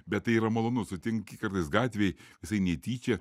bet tai yra malonu sutinki kartais gatvėj visai netyčia